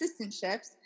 assistantships